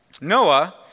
Noah